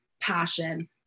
passion